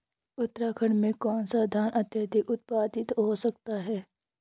उत्तराखंड में कौन सा धान अत्याधिक उत्पादित हो सकता है?